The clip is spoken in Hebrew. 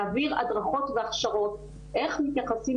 להעביר הדרכות והכשרות איך מתייחסים